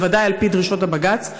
בוודאי על פי דרישות הבג"ץ,